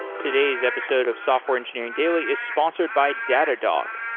today's episode of software engineering daily is sponsored by datadog,